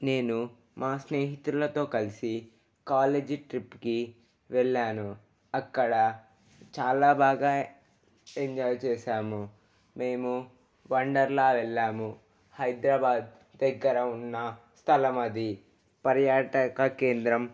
నేను మా స్నేహితులతో కలిసి కాలేజీ ట్రిప్కి వెళ్లాను అక్కడ చాలా బాగా ఎంజాయ్ చేసాము మేము వండర్లా వెళ్ళాము హైదరాబాద్ దగ్గర ఉన్న స్థలమది పర్యాటక కేంద్రం